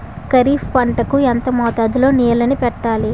ఖరిఫ్ పంట కు ఎంత మోతాదులో నీళ్ళని పెట్టాలి?